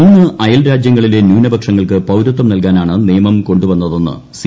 മൂന്ന് അയൽർജ്ജ്യങ്ങളിലെ ന്യൂനപക്ഷങ്ങൾക്ക് പൌരത്വം നൽകാനാണ് നിയമം കൊണ്ടുവന്നതെന്ന് സി